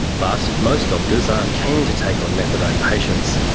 but most doctors aren't keen to take on methadone patients,